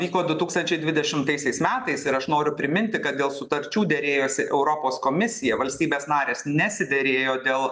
vyko du tūkstančiai dvidešimtaisiais metais ir aš noriu priminti kad dėl sutarčių derėjosi europos komisija valstybės narės nesiderėjo dėl